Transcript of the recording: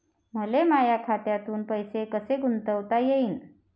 मले माया खात्यातून पैसे कसे गुंतवता येईन?